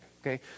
okay